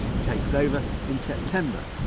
he takes over in september.